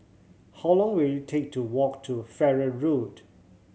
how long will it take to walk to Farrer Road